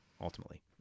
ultimately